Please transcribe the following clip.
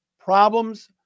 problems